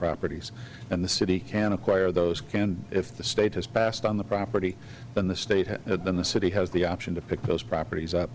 properties and the city can acquire those can if the state has passed on the property and the state has it then the city has the option to pick those properties up